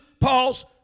Paul's